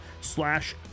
slash